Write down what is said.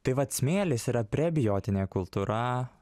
tai vat smėlis yra prebiotinė kultūra